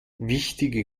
wichtige